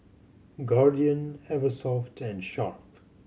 Guardian Eversoft and Sharp